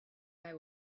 eye